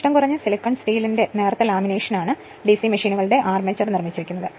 നഷ്ടം കുറഞ്ഞ സിലിക്കൺ സ്റ്റീലിന്റെ നേർത്ത ലാമിനേഷനാണ് ഡിസി മെഷീനുകളുടെ ആർമേച്ചർ നിർമ്മിച്ചിരിക്കുന്നത്